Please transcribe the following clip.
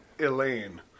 Elaine